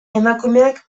emakumeak